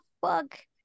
fuck